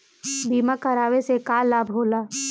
बीमा करावे से का लाभ होला?